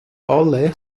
alle